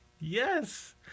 Yes